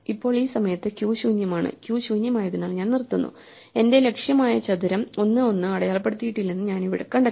ഇപ്പോൾ ഈ സമയത്ത് ക്യൂ ശൂന്യമാണ് ക്യൂ ശൂന്യമായതിനാൽ ഞാൻ നിർത്തുന്നു എന്റെ ലക്ഷ്യമായ ചതുരം 1 1 അടയാളപ്പെടുത്തിയിട്ടില്ലെന്ന് ഞാൻ കണ്ടെത്തി